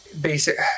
Basic